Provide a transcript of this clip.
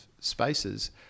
spaces